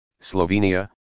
Slovenia